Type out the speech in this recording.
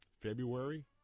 February